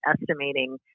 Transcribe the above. estimating